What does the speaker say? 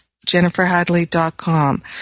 jenniferhadley.com